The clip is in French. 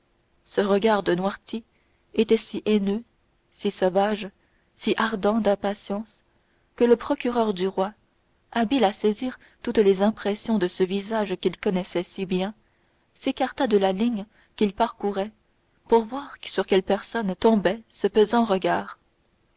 ce regard de noirtier était si haineux si sauvage si ardent d'impatience que le procureur du roi habile à saisir toutes les impressions de ce visage qu'il connaissait si bien s'écarta de la ligne qu'il parcourait pour voir sur quelle personne tombait ce pesant regard